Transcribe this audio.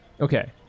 Okay